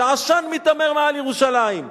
שעשן מיתמר מעל ירושלים.